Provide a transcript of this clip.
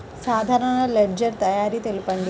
సాధారణ లెడ్జెర్ తయారి తెలుపండి?